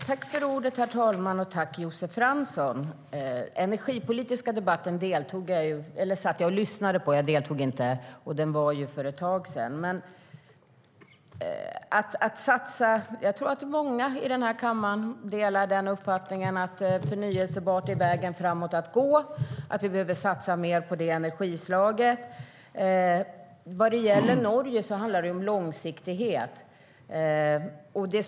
Herr ålderspresident! Jag lyssnade på den energipolitiska debatten för ett tag sedan. Många i den här kammaren delar nog uppfattningen att förnybart är vägen att gå framåt, att vi behöver satsa mer på dessa energislag. När det gäller Norge handlar det om långsiktighet.